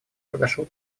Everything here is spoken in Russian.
подошел